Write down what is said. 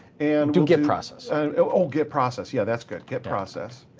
and and get process. oh, get process. yeah, that's good. get process.